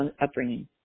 upbringing